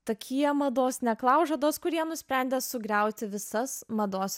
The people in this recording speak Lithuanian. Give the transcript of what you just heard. tokie mados neklaužados kurie nusprendė sugriauti visas mados